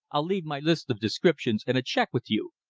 i'll leave my list of descriptions and a check with you.